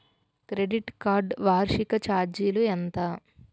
Credit card వార్షిక ఛార్జీలు ఎంత?